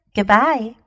Goodbye